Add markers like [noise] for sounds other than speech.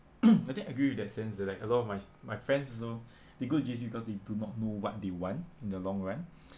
[coughs] I think I agree with that sense that like a lot of my my friends also they go J_C because they do not know what they want in the long run